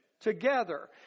together